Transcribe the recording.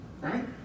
Right